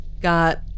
got